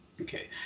Okay